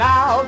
Now